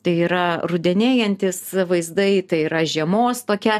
tai yra rudenėjantys vaizdai tai yra žiemos tokia